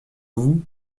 vous